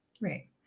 right